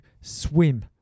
swim